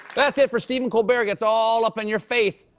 that's it for stephen colbert gets all up in your faith.